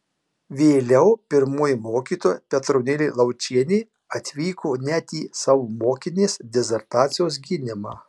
vėliau pirmoji mokytoja petronėlė laučienė atvyko net į savo mokinės disertacijos gynimą